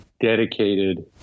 dedicated